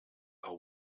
are